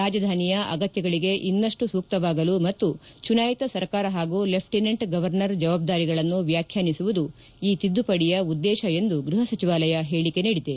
ರಾಜಧಾನಿಯ ಅಗತ್ಯಗಳಿಗೆ ಇನ್ನಷ್ಟು ಸೂಕ್ತವಾಗಲು ಮತ್ತು ಚುನಾಯಿತ ಸರ್ಕಾರ ಹಾಗೂ ಲೆಫ್ಟಿನೆಂಟ್ ಗವರ್ನರ್ ಜವಾಬ್ದಾರಿಗಳನ್ನು ವ್ಯಾಖ್ಯಾನಿಸುವುದು ಈ ತಿದ್ದುಪಡಿಯ ಉದ್ದೇಶ ಎಂದು ಗೃಹ ಸಚಿವಾಲಯ ಹೇಳಿಕೆ ನೀಡಿದೆ